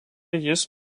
jis